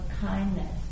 kindness